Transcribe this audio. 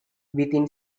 within